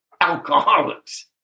alcoholics